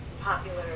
popular